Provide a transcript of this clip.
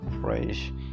fresh